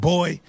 Boy